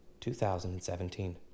2017